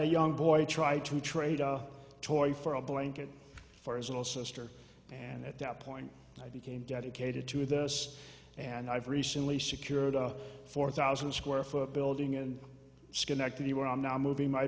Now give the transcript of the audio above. a young boy try to trade a toy for a blanket for his little sister and at that point i became dedicated to this and i've recently secured a four thousand square foot building in schenectady we're now moving my